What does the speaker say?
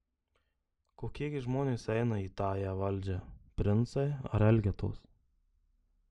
kokie gi žmonės eina į tąją valdžią princai ar elgetos